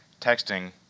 texting